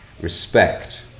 respect